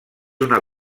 una